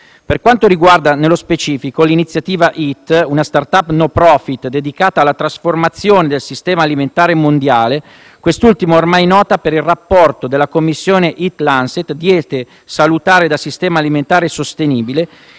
Per quanto riguarda nello specifico l'iniziativa Eat, una *startup no profit* dedicata alla trasformazione del sistema alimentare mondiale, quest'ultima è ormai nota per il rapporto della commissione Eat-Lancet «Diete salutari da sistema alimentare sostenibile»,